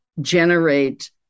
generate